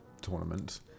tournament